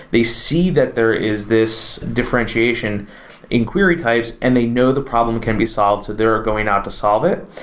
they see that there is this differentiation in query types and they know the problem can be solved. so they're going out to solve it.